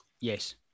Yes